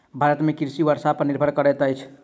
भारत में कृषि वर्षा पर निर्भर करैत अछि